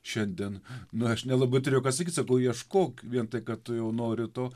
šiandien nu aš nelabai turėjau ką atsakyt sakau ieškok vien tai kad tu jau nori to